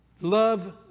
Love